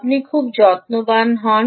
আপনি খুব যত্নবান হন